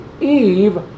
Eve